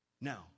Now